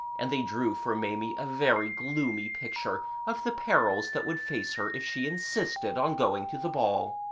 and they drew for maimie a very gloomy picture of the perils that would face her if she insisted on going to the ball.